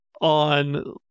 on